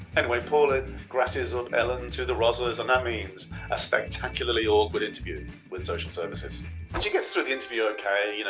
and then paula grasses up ellen to the rozzers and that means a spectacularly awkward interview with social services she gets through the interview ok, you know